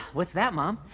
what's that mom.